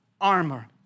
armor